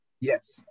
Yes